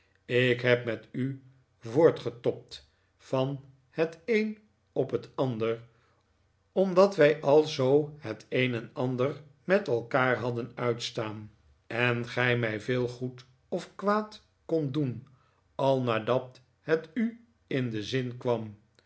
ik heb met u voortgetobd van het een op het ander omdat wij al zoo het een en ander met elkaar hadden uitstaan en gij mij veel goed of kwaad kondt doen al naardat het u in den zin kwam